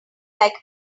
like